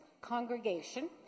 congregation